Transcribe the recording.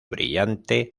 brillante